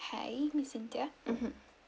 hi miss cynthia mmhmm